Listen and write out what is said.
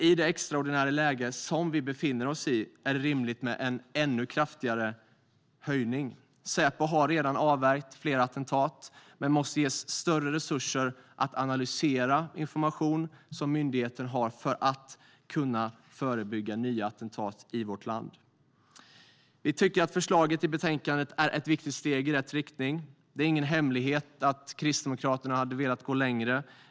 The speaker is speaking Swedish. I det extraordinära läge som Sverige befinner sig i är det rimligt med en ännu kraftigare höjning. Säpo har redan avvärjt flera attentat, men Säpo måste ges större resurser att analysera information som myndigheter har för att kunna förebygga nya attentat i vårt land. Vi tycker att förslaget i betänkandet är ett viktigt steg i rätt riktning. Det är ingen hemlighet att Kristdemokraterna hade velat gå längre.